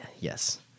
Yes